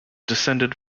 descended